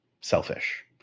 selfish